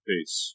Peace